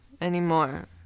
anymore